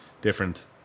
different